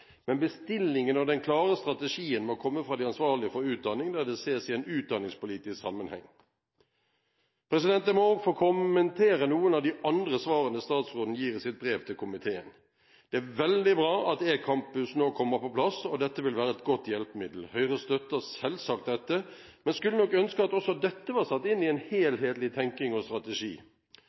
men bestillingen og den klare strategien må komme fra de ansvarlige for utdanning, der det sees i en utdanningspolitisk sammenheng. Jeg må også få kommentere noen av de andre svarene statsråden gir i sitt brev til komiteen. Det er veldig bra at eCampus nå kommer på plass, og dette vil være et godt hjelpemiddel. Høyre støtter selvsagt dette, men skulle ønske at også dette var satt inn i en helhetlig tenking og strategi.